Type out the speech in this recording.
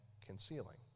concealing